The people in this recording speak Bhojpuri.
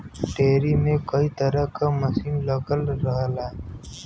डेयरी में कई तरे क मसीन लगल रहला